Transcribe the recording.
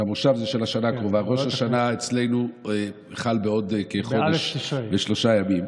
ראש השנה אצלנו חל בעוד כחודש ושלושה ימים,